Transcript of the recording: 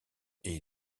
est